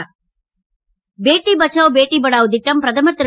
பேட்டி பச்சாவ் பேட்டி படாவ் திட்டம் பிரதமர் திரு